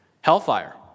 Hellfire